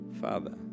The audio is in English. Father